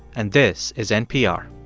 and this is npr